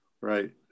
Right